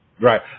right